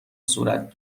صورت